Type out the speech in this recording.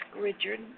Richard